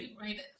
right